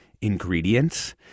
ingredients